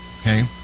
Okay